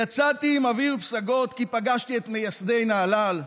יצאתי עם אוויר פסגות כי פגשתי את מייסדי נהלל,